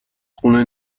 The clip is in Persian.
خونه